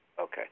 Okay